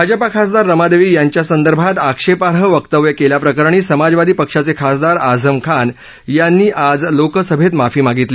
भाजपा खासदार रमा देवी यांच्यासंदर्भात आक्षेपाई वक्तव्य केल्याप्रकरणी समाजवादी पक्षाचे खासदार आझम खान यांनी लोकसभेत आज माफी मागितली